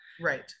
Right